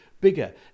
bigger